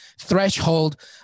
threshold